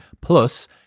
Plus